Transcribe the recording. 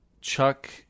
Chuck